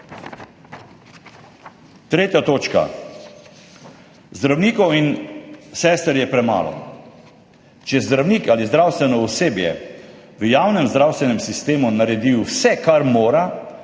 Tretja točka. Zdravnikov in sester je premalo. Če zdravnik ali zdravstveno osebje v javnem zdravstvenem sistemu naredi vse, kar mora,